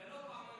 זה לא פעמיים